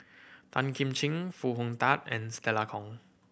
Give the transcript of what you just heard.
Tan Kim Ching Foo Hong Tatt and Stella Kon